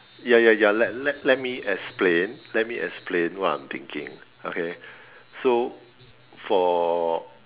ya ya ya let let let me explain let me explain what I'm thinking okay so for